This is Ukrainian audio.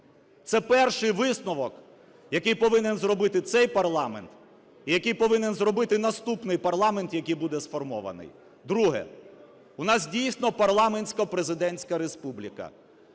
Це перший висновок, який повинен зробити цей парламенті і який повинен зробити наступний парламент, який буде сформований. Друге. У нас, дійсно, парламентсько-президентська республіка.